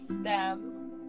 STEM